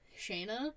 Shayna